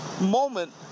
moment